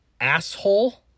asshole